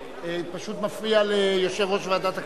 פשוט אתם מפריעים ליושב-ראש ועדת הכלכלה.